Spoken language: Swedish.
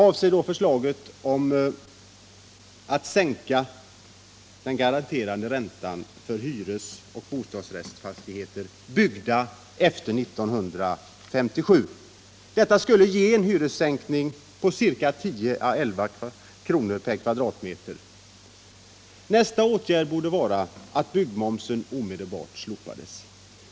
Jag avser förslaget att sänka den garanterade räntan för hyresoch bostadsrättsfastigheter byggda efter 1957. Detta skulle ge en hyressänkning på 10 å 11 kr. per kvadratmeter. Nästa åtgärd borde vara att byggmomsen omedelbart slopades.